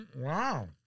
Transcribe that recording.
Wow